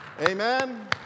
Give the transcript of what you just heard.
Amen